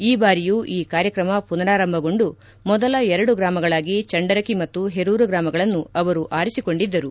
ಈ ಬಾರಿಯೂ ಈ ಕಾರ್ಯಕ್ರಮ ಪುನರಾರಂಭಗೊಂಡು ಮೊದಲ ಎರಡು ಗ್ರಾಮಗಳಾಗಿ ಚಂಡರಕಿ ಮತ್ತು ಹೆರೂರು ಗ್ರಾಮಗಳನ್ನು ಅವರು ಆರಿಸಿಕೊಂಡಿದ್ದರು